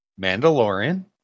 Mandalorian